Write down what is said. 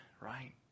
right